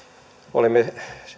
olimme